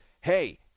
Hey